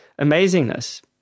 amazingness